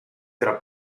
tra